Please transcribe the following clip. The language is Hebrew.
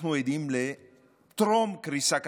אנחנו עדים לטרום-קריסה כלכלית,